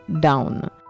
Down